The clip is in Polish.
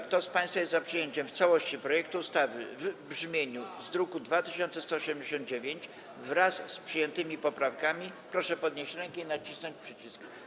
Kto z państwa jest za przyjęciem w całości projektu ustawy w brzmieniu z druku nr 2189, wraz z przyjętymi poprawkami, proszę podnieść rękę i nacisnąć przycisk.